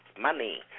money